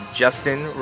justin